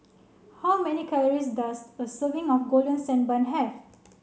how many calories does a serving of golden sand bun have